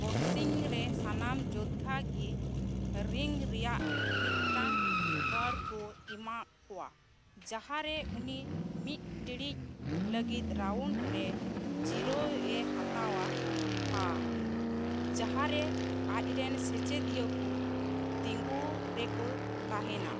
boxing ᱨᱮ ᱥᱟᱱᱟᱢ ᱡᱳᱫᱽᱫᱷᱟ ᱜᱮ ᱨᱤᱝ ᱨᱮᱱᱟᱜ ᱢᱤᱫᱴᱟᱝ ᱠᱟᱬ ᱠᱚ ᱮᱢᱟ ᱠᱚᱣᱟ ᱡᱟᱦᱟᱸᱨᱮ ᱩᱱᱤ ᱢᱤᱫ ᱴᱤᱬᱤᱡ ᱞᱟᱹᱜᱤᱫ ᱨᱟᱣᱩᱱᱰ ᱨᱮ ᱡᱤᱨᱟᱹᱣ ᱮ ᱦᱟᱛᱟᱣᱟ ᱡᱟᱦᱟᱸᱨᱮ ᱟᱡᱨᱮᱱ ᱥᱮᱪᱮᱫᱤᱭᱟᱹ ᱠᱚ ᱛᱤᱸᱜᱩ ᱨᱮᱠᱚ ᱛᱟᱦᱮᱱᱟ